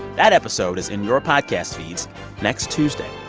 that episode is in your podcast feeds next tuesday.